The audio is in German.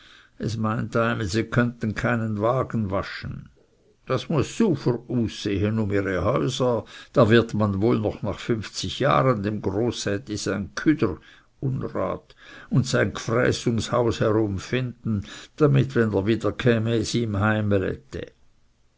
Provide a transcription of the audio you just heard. es meint einem sie könnten keinen wagen waschen das muß sufer aussehen um ihre häuser da wird man wohl noch nach fünfzig jahren dem großätti sein ghüder und gfräß ums haus herum finden damit wenn er wiederkäme es ihn